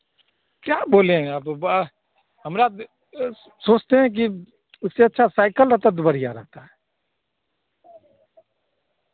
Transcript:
क्या बोलें अब बा हमरा सोचते हैं कि उससे अच्छा साइकल रहता तो बढ़िया रहता